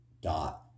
dot